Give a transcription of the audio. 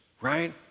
right